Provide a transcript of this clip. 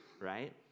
right